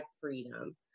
freedom